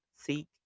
seek